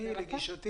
לגישתי,